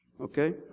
Okay